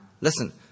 Listen